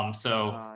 um so,